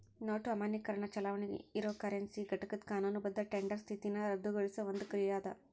note ಅಮಾನ್ಯೇಕರಣ ಚಲಾವಣಿ ಇರೊ ಕರೆನ್ಸಿ ಘಟಕದ್ ಕಾನೂನುಬದ್ಧ ಟೆಂಡರ್ ಸ್ಥಿತಿನ ರದ್ದುಗೊಳಿಸೊ ಒಂದ್ ಕ್ರಿಯಾ ಅದ